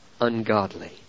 ungodly